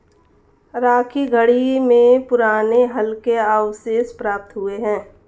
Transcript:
राखीगढ़ी में पुराने हल के अवशेष प्राप्त हुए हैं